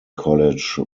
college